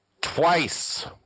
Twice